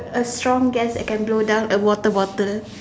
a strong gas that can blow down a water bottle